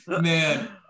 Man